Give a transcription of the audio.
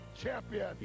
champion